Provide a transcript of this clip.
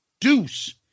Deuce